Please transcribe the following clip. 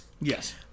Yes